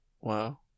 Wow